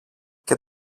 και